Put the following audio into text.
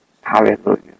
Hallelujah